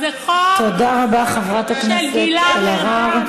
זה חוק, תודה רבה, חברת הכנסת אלהרר.